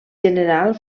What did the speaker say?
general